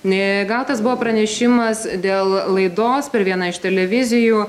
gautas buvo pranešimas dėl laidos per vieną iš televizijų